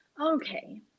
Okay